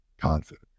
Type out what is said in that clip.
Confident